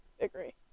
agree